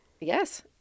Yes